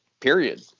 period